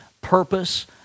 purpose